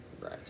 Right